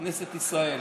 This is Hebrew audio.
כנסת ישראל,